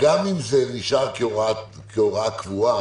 גם אם זה נשאר כהוראה קבועה,